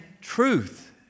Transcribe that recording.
Truth